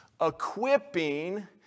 equipping